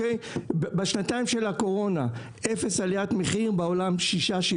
בשנתיים של הקורונה אפס עליית מחיר, בעולם 7%-6%.